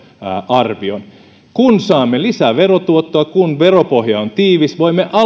tuottoarvion kun saamme lisää verotuottoa kun veropohja on tiivis voimme alentaa verokantoja